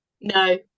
No